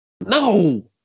No